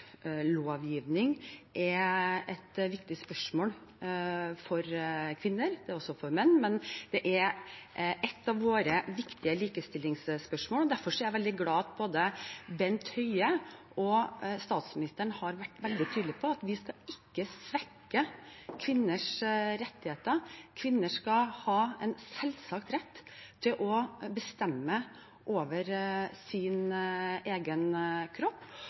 er det også for menn, men det er et av våre viktige likestillingsspørsmål. Derfor er jeg veldig glad for at både Bent Høie og statsministeren har vært veldig tydelige på at vi ikke skal svekke kvinners rettigheter, kvinner skal ha en selvsagt rett til å bestemme over sin egen kropp.